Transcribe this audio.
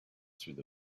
through